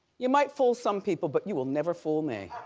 you might fool some people but you will never fool me.